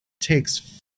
takes